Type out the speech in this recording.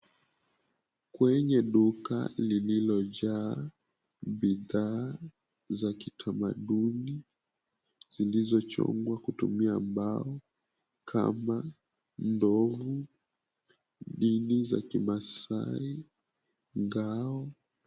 Kwenye duka lililojaa bidhaa za kitamaduni zilizochongwa kutumia mbao kama ndovu, dini za Kimaasai, ngao.